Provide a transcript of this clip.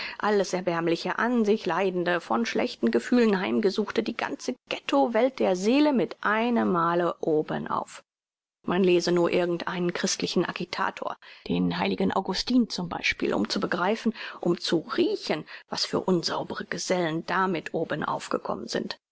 alles erbärmliche an sich leidende von schlechten gefühlen heimgesuchte die ganze ghetto welt der seele mit einem male obenauf man lese nur irgend einen christlichen agitator den heiligen augustin zum beispiel um zu begreifen um zu riechen was für unsaubere gesellen damit obenauf gekommen sind